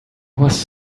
was